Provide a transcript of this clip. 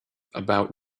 about